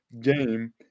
game